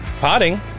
potting